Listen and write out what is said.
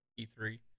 E3